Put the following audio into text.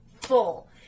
full